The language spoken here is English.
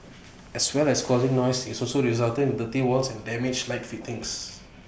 as well as causing noise IT also resulted in dirty walls and damaged light fittings